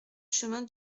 chemin